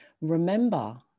Remember